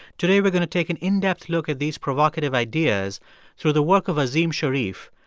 today we're going to take an in-depth look at these provocative ideas through the work of azim shariff,